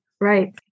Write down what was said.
Right